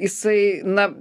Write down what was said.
jisai na